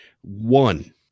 one